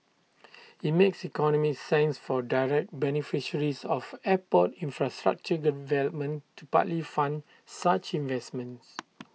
IT makes economic sense for direct beneficiaries of airport infrastructure development to partly fund such investments